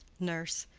nurse.